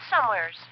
somewheres